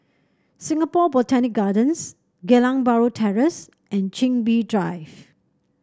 Singapore Botanic Gardens Geylang Bahru Terrace and Chin Bee Drive